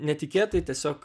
netikėtai tiesiog